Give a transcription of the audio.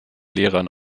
lehrern